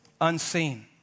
unseen